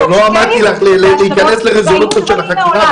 לא אמרתי לך להיכנס לרזולוציות של החקירה,